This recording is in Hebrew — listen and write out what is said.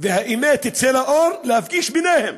והאמת תצא לאור, להפגיש ביניהן.